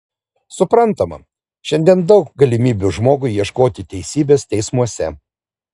suprantama šiandien daug galimybių žmogui ieškoti teisybės teismuose